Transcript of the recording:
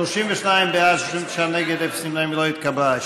1 לא נתקבלה.